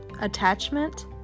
attachment